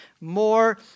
more